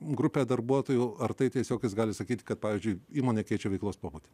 grupę darbuotojų ar tai tiesiog jis gali sakyti kad pavyzdžiui įmonė keičia veiklos pobūdį